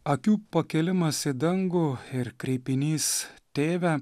akių pakėlimas į dangų ir kreipinys tėve